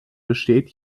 besteht